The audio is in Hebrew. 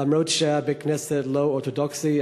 אף שבית-הכנסת לא אורתודוקסי.